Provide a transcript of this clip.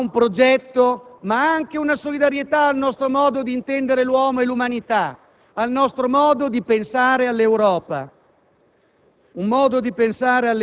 a un uomo, a un progetto, ma anche al nostro modo di intendere l'uomo e l'umanità, al nostro modo di pensare all'Europa,